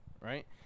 right